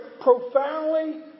profoundly